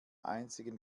einzigen